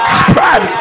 spread